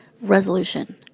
Resolution